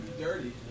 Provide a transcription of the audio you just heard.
dirty